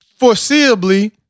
foreseeably